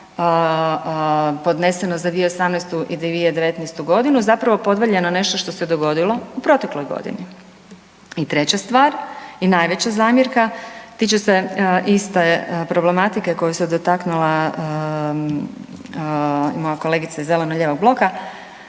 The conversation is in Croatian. podneseno za 2018. i 2019. godinu zapravo podvaljeno nešto što se dogodilo u protekloj godini. I treća stvar i najveća zamjerka tiče se iste problematike koje se dotaknula moja kolegica iz zeleno-lijevog bloka.